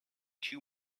too